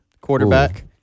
quarterback